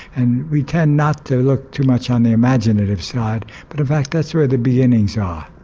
and we tend not to look too much on the imaginative side, but in fact that's where the beginnings are.